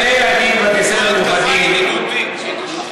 אני אומר, הותקפתי.